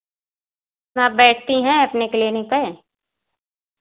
आप बैठती हैं अपने क्लीनिक पे